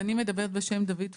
ואני מדברת בשם דוד פור,